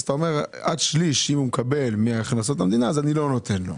אז אתה אומר עד שליש אם הוא מקבל מהכנסות המדינה אז אני לא נותן לו.